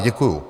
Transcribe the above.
Děkuju.